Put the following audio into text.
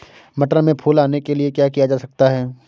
मटर में फूल आने के लिए क्या किया जा सकता है?